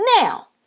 now